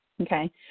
Okay